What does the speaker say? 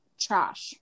trash